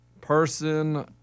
person